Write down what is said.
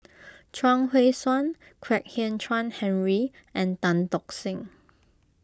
Chuang Hui Tsuan Kwek Hian Chuan Henry and Tan Tock Seng